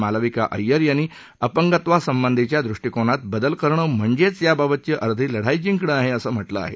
मालविका अय्यर यांनी अंपगत्वा संबंधिच्या दृष्टीकोनात बदल करणे म्हणजेच याबाबतची अर्धी लढाई जिकणं असं म्हटलं आहे